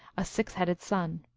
a six-headed son.